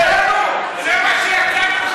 תסתכל, אתה נגד ההשכלה הגבוהה?